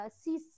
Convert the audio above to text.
See